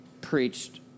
preached